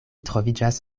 troviĝis